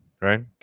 right